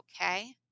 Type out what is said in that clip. okay